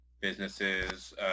businesses